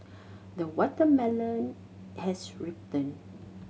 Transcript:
the watermelon has ripened